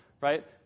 right